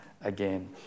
again